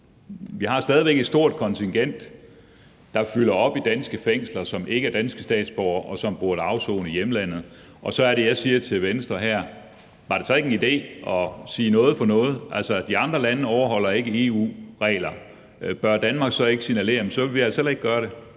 Vi har stadig væk et stort kontingent, der fylder op i danske fængsler, som ikke er danske statsborgere, og som burde afsone i hjemlandet. Så er det, jeg siger til Venstre her, om det så ikke var en idé at sige: Noget for noget? De andre lande overholder ikke EU-regler; bør Danmark så ikke signalere, at vi altså heller ikke vil gøre det,